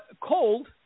cold